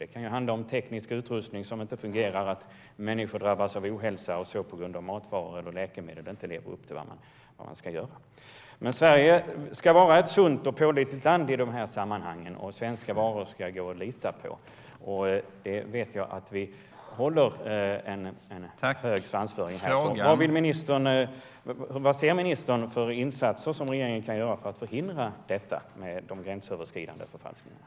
Det kan handla om teknisk utrustning som inte fungerar eller att människor drabbas av ohälsa när matvaror eller läkemedel inte lever upp till vad som lovas. Sverige ska vara ett sunt och pålitligt land i de här sammanhangen. Svenska varor ska gå att lita på. Jag vet att vi håller en hög svansföring i den här frågan. Vad ser ministern för insatser som regeringen kan göra för att förhindra detta med de gränsöverskridande förfalskningarna?